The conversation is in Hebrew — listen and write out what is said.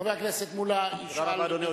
חבר הכנסת מולה ישאל את כבוד השר.